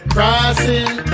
Crossing